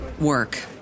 work